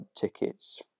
tickets